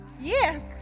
Yes